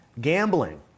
Gambling